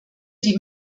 die